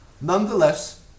Nonetheless